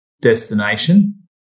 destination